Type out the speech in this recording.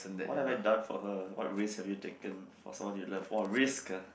what have I done for her what risk have you taken for someone you love !wah! risk ah